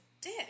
dick